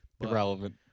Irrelevant